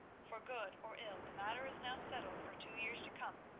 for good or ill, the matter is now settled for two years to come,